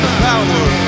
power